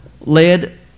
led